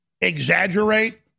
exaggerate